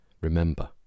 Remember